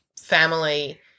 family